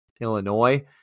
Illinois